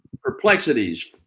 perplexities